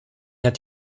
hat